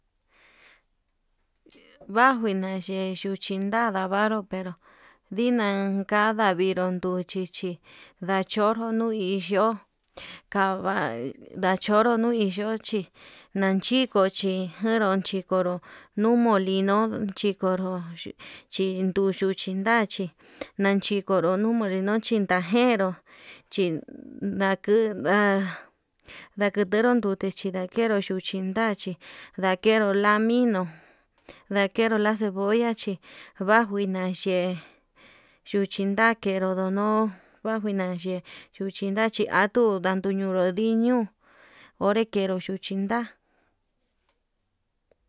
Najuina yee yuchin nda ndavaru, pero dinan kanra ndudu nduchí ndachonro no hi yo'o kava nachonro no hi yochi nachikochi janron chikonro nuu molino, kikonro chin nduchi tachi nanchikonro nochin ndanjenró chi nakuu nda'a chin nanguero ndute chi ndakenru nduchin nda'a, ndachi ndakenró lamino ndaknero la cebolla chí vanguina ye'e yuchin ndakenru nuno'o vanguina ye'e yuchinda chi atuu ndandu ndunrú niñuu onré kenru nduchin da'a.